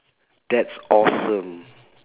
that's awesome